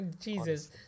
Jesus